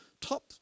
top